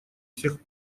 всех